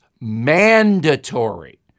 mandatory